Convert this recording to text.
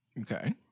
Okay